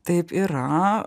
taip yra